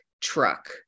truck